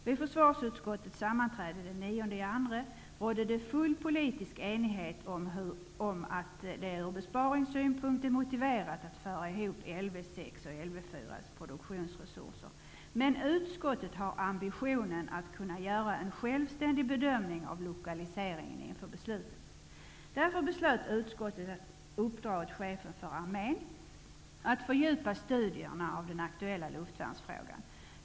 Vid försvarsutskottets sammanträde den 9 februari rådde det full politisk enighet om att det ur besparingssynpunkt är motiverat att föra ihop Lv 6:s och Lv 4:s produktionsresurser, men utskottet har ambitionen att kunna göra en självständig bedömning av lokaliseringen inför beslutet. Därför beslöt utskottet att uppdra åt Chefen för armén att fördjupa studierna av den aktuella luftvärnsfrågan.